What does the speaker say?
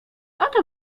oto